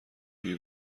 بوی